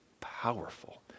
powerful